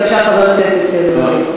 בבקשה, חבר הכנסת לוין.